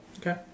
Okay